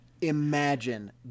Imagine